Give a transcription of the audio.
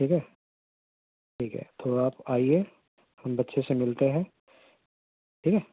ٹھیک ہے ٹھیک ہے تھوڑ آپ آئیے ہم بچے سے ملتے ہیں ٹھیک ہے